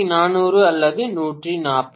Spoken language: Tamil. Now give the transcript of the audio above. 1400 அல்லது 140